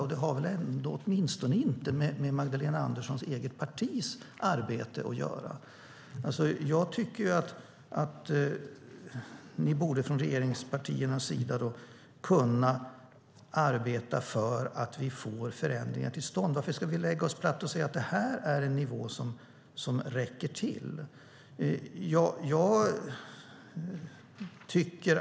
Och det har väl åtminstone inte med Magdalena Anderssons eget partis arbete att göra? Jag tycker att ni från regeringspartiernas sida borde kunna arbeta för att få till stånd förändringar. Varför ska vi lägga oss platt och säga att nivån räcker?